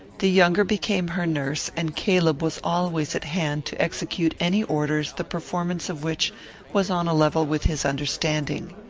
the younger became her nurse, and caleb was always at hand to execute any orders the performance of which was on a level with his understanding.